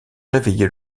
réveillé